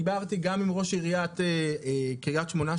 דיברתי גם עם ראש עיריית קריית שמונה,